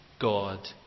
God